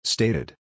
Stated